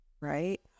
Right